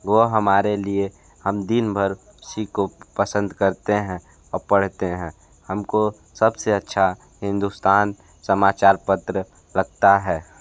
वो हमारे लिए हम दिनभर उसी को पसंद करते हैं और पढ़ते हैं हमको सबसे अच्छा हिंदुस्तान समाचार पत्र लगता है